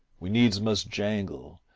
we needs must jangle,